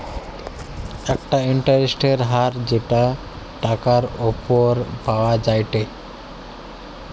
একটা ইন্টারেস্টের হার যেটা টাকার উপর পাওয়া যায়টে